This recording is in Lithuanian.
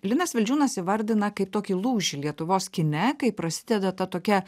linas vildžiūnas įvardina kaip tokį lūžį lietuvos kine kai prasideda ta tokia